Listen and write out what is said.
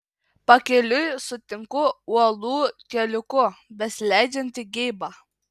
pakeliui sutinku uolų keliuku besileidžiantį geibą